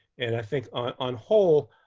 and i think on whole,